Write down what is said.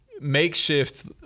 makeshift